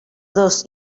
dos